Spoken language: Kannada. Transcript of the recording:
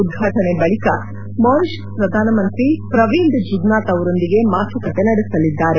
ಉದ್ಘಾಟನೆ ಬಳಿಕ ಮಾರಿಷಸ್ ಪ್ರಧಾನಮಂತ್ರಿ ಪ್ರವೀಂದ್ ಜುಗ್ನಾಥ್ ಅವರೊಂದಿಗೆ ಮಾತುಕತೆ ನಡೆಸಲಿದ್ದಾರೆ